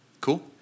Cool